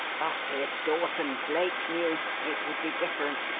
but if dawson-blake knew, it would be different.